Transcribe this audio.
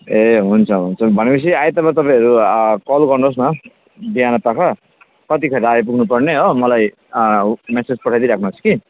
ए हुन्छ हुन्छ भनेपछि आइतवार तपाईँहरू कल गर्नुहोस् न बिहानपख कतिखेर आइपुग्नु पर्ने हो मलाई म्यासेज पठाइदिई राख्नुहोस् कि